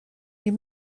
you